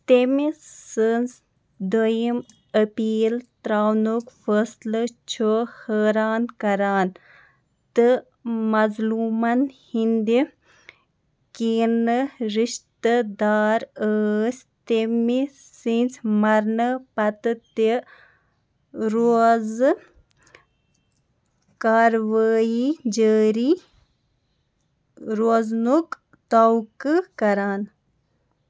تٔمہِ سٕنٛز دوٚیِم أپیٖل ترٛاونُک فٲصلہٕ چھُ حٲران کران تہٕ مظلوٗمَن ہِنٛدِ کیٖنہٕ رِشتہٕ دار ٲسۍ تٔمہِ سِنٛزۍ مَرنہٕ پتہٕ تہِ روزٕ کاروٲیی جٲری روزنُک تَوقہٕ کران